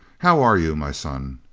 how are you, my son?